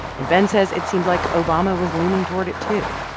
and ben says it seemed like obama was leaning toward it, too.